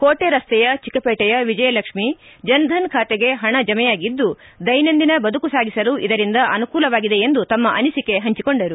ಕೋಟೆ ರಸ್ತೆಯ ಚಿಕ್ಕಪೇಟೆಯ ವಿಜಯಲಕ್ಷ್ಮೀ ಜನ್ಧನ್ ಖಾತೆಗೆ ಹಣ ಜಮೆಯಾಗಿದ್ದು ದೈನಂದಿನ ಬದುಕು ಸಾಗಿಸಲು ಇದರಿಂದ ಅನುಕೂಲವಾಗಿದೆ ಎಂದು ತನ್ನ ಅನಿಸಿಕೆ ಹಂಚಿಕೊಂಡರು